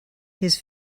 his